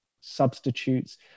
substitutes